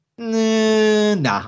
Nah